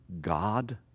God